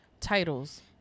titles